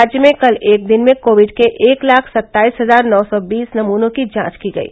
राज्य में कल एक दिन में कोविड के एक लाख सत्ताईस हजार नौ सौ बीस नमूनों की जांच की गयी